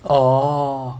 orh